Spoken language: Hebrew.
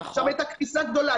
שם הייתה קריסה גדולה.